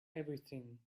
everything